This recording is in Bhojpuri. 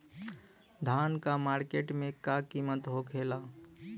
धान क मार्केट में का कीमत होखेला?